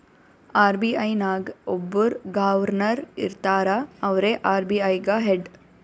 RBI ನಾಗ್ ಒಬ್ಬುರ್ governor ಇರ್ತಾರ ಅವ್ರೇ ಆರ್.ಬಿ.ಐ ಗ ಹೆಡ್